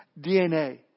DNA